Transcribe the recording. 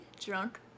drunk